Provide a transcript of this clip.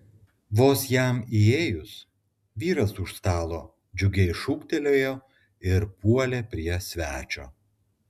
vos jam įėjus vyras už stalo džiugiai šūktelėjo ir puolė prie svečio